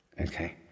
okay